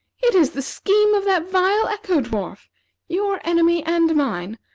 it is the scheme of that vile echo-dwarf your enemy and mine.